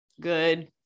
good